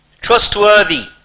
trustworthy